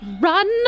run